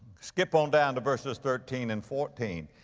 skip on down to verses thirteen and fourteen,